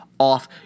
Off